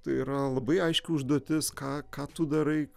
tai yra labai aiški užduotis ką ką tu darai